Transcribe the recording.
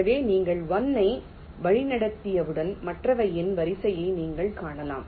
எனவே நீங்கள் 1 ஐ வழிநடத்தியவுடன் மற்றவையின் வரிசையை நீங்கள் காணலாம்